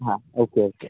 हां okay okay